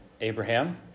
Abraham